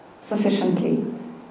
sufficiently